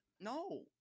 No